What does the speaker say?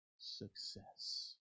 Success